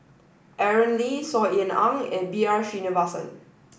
Aaron Lee Saw Ean Ang and B R Sreenivasan